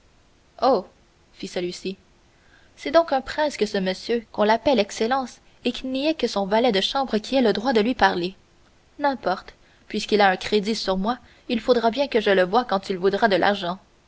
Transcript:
fit celui-ci c'est donc un prince que ce monsieur qu'on l'appelle excellence et qu'il n'y ait que son valet de chambre qui ait le droit de lui parler n'importe puisqu'il a un crédit sur moi il faudra bien que je le voie quand il voudra de l'argent